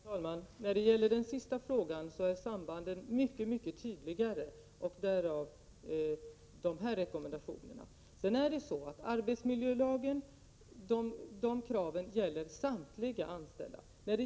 Herr talman! När det gäller den sista frågan är sambanden mycket tydligare — och därav dessa rekommendationer. Arbetsmiljölagens krav gäller samtliga anställda.